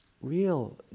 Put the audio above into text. real